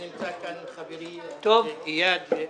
נמצא כאן חברי איאד ואחרים.